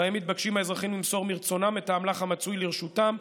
ובהם מתבקשים האזרחים למסור מרצונם את האמל"ח המצוי ברשותם.